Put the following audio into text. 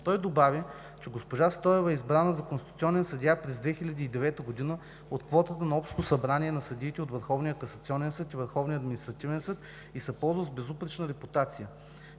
Той добави, че госпожа Стоева е избрана за конституционен съдия през 2009 г. от квотата на Общото събрание на съдиите от Върховния касационен съд и Върховния административен съд и се ползва с безупречна репутация.